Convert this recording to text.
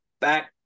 back